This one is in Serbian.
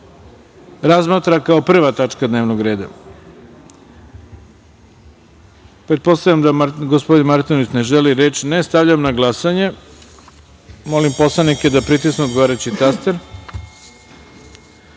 razmatra kao prva tačka dnevnog reda. Pretpostavljam da gospodin Martinović ne želi reč? (Ne.)Stavljam na glasanje. Molim poslanike da pritisnu odgovarajući